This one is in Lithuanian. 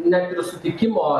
net ir sutikimo